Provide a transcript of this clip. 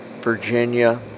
Virginia